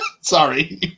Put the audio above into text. sorry